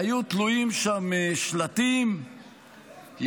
והיו תלויים שם שלטים יפים,